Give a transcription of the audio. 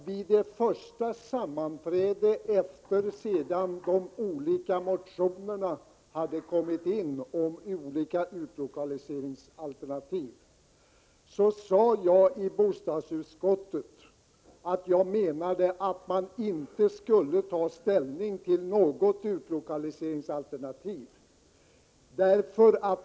Vid det första sammanträdet efter det att motionerna hade kommit in om olika utlokaliseringsalternativ, sade jag i bostadsutskottet att man inte skulle ta ställning till något utlokaliseringsalternativ.